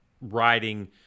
riding